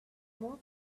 more